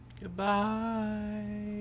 goodbye